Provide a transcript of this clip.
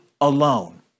alone